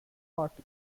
party